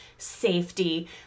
safety